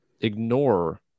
ignore